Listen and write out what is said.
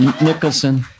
Nicholson